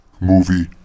movie